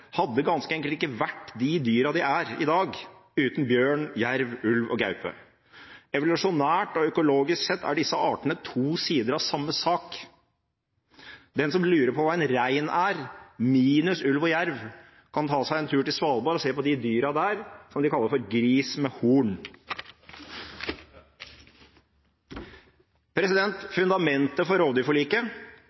hadde ganske enkelt ikke vært de dyrene de er i dag, uten bjørn, jerv, ulv og gaupe. Evolusjonært og økologisk sett er disse artene to sider av samme sak. Den som lurer på hva en rein minus ulv og jerv er, kan ta seg en tur til Svalbard og se på de dyrene som de der kaller for gris med horn. Fundamentet for rovdyrforliket